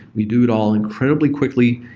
we do it all incredibly quickly.